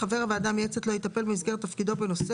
(ג) חבר הוועדה המייעצת לא יטפל במסגרת תפקידו בנושא